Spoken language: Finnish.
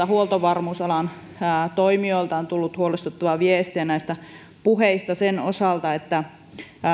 huoltovarmuusalan toimijoilta on tullut huolestuttavia viestejä näistä puheista sen osalta että